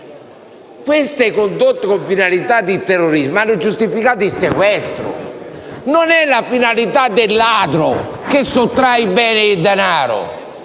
Le condotte con finalità di terrorismo hanno giustificato il sequestro. Non è la finalità del ladro che sottrae i beni e il denaro.